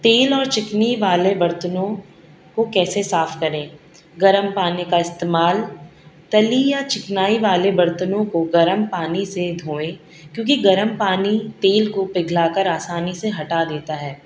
تیل اور چکنی والے برتنوں کو کیسے صاف کریں گرم پانی کا استعمال تلی یا چکنائی والے برتنوں کو گرم پانی سے دھوئیں کیونکہ گرم پانی تیل کو پگھلا کر آسانی سے ہٹا دیتا ہے